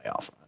playoff